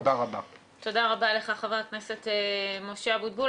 תודה רבה לחבר הכנסת משה אבוטבול.